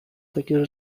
takie